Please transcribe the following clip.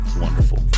Wonderful